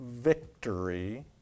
victory